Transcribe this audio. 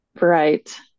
Right